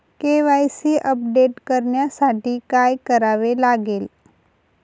KYC update करण्यासाठी काय करावे लागेल?